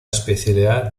especialidad